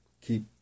keep